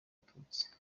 abatutsi